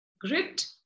grit